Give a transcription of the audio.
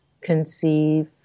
conceive